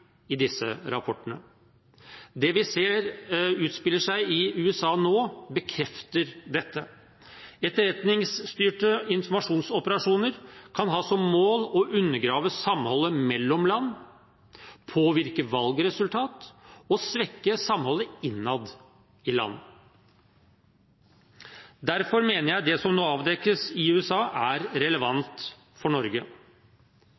i disse rapportene. Det vi ser utspille seg i USA nå, bekrefter dette. Etterretningsstyrte informasjonsoperasjoner kan ha som mål å undergrave samholdet mellom land, påvirke valgresultat og svekke samholdet innad i land. Derfor mener jeg at det som nå avdekkes i USA, er